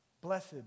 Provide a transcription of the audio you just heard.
Blessed